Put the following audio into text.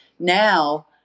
Now